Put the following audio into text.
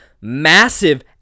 massive